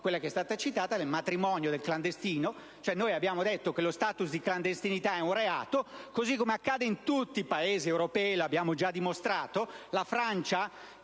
quello, citato, del matrimonio del clandestino. Abbiamo detto che lo *status* di clandestinità è un reato, così come accade in tutti Paesi europei e l'abbiamo già dimostrato. La Francia,